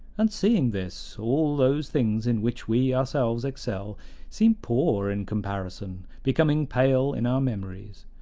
and, seeing this, all those things in which we ourselves excel seem poor in comparison, becoming pale in our memories.